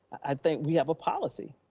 i think we have a policy.